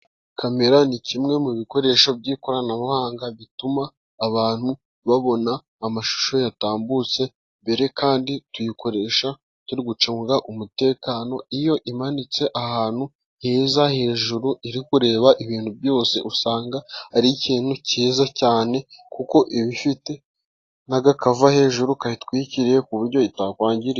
Kamera ni kimwe mu bikoresho by'ikoranabuhanga bituma abantu babona amashusho yatambutse mbere, kandi tuyikoresha turi gucunga umutekano. Iyo imanitse ahantu heza hejuru iri kureba ibintu byose, usanga ari ikintu cyiza cyane, kuko iba ifite n'agakava hejuru kayitwikiriye ku buryo itakwangirika.